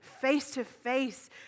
face-to-face